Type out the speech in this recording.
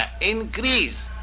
increase